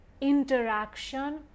Interaction